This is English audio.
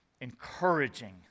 encouraging